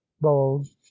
bulged